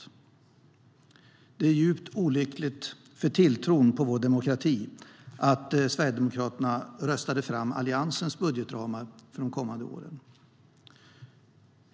Det är djupt olyckligt för tilltron till vår demokrati att Sverigedemokraterna röstade fram Alliansens budgetramar för de kommande åren.